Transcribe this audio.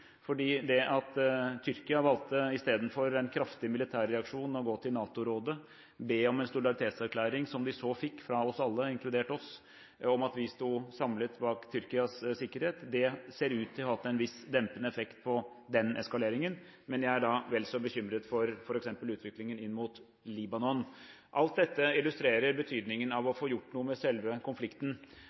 fordi Tyrkia valgte, i stedet for en kraftig militærreaksjon, å gå til NATO-rådet, be om en solidaritetserklæring som de fikk fra alle, inkludert oss, om at vi sto samlet bak Tyrkias sikkerhet. Det ser ut til å ha hatt en viss dempende effekt på den eskaleringen, men jeg er vel så bekymret for f.eks. utviklingen inn mot Libanon. Alt dette illustrerer betydningen av å få gjort noe med selve konflikten,